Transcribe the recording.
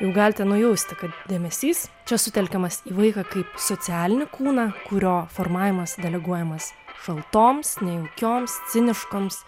jau galite nujausti kad dėmesys čia sutelkiamas į vaiką kaip socialinį kūną kurio formavimas deleguojamas šaltoms nejaukioms ciniškoms